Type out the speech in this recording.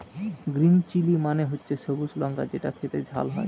green chilli মানে হচ্ছে সবুজ লঙ্কা যেটা খেতে ঝাল হয়